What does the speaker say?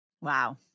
Wow